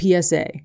PSA